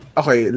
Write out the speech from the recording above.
okay